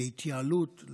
להתייעלות,